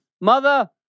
Mother